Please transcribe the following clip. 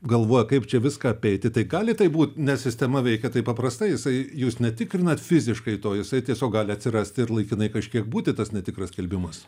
galvoja kaip čia viską apeiti tai gali taip būt nes sistema veikia taip paprastai jisai jūs netikrinat fiziškai to jisai tiesiog gali atsirasti ir laikinai kažkiek būti tas netikras skelbimas